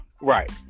Right